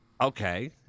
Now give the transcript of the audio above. Okay